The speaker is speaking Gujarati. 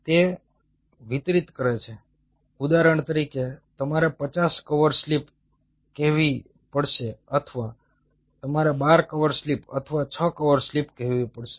તે વિતરિત કરે છે ઉદાહરણ તરીકે તમારે પચાસ કવર સ્લિપ કહેવી પડશે અથવા તમારે 12 કવર સ્લિપ અથવા 6 કવર સ્લિપ કહેવી પડશે